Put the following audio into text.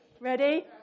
Ready